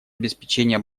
обеспечения